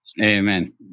Amen